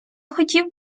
хотів